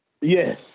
Yes